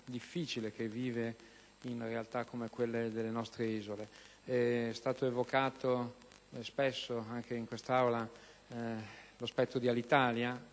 difficile, che vive realtà come quelle delle nostre isole. È stato spesso evocato anche in quest'Aula lo spettro di Alitalia;